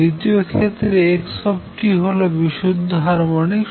দ্বিতীয় ক্ষেত্রে x হল বিশুদ্ধ হারমনিক